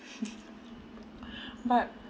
but